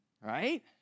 Right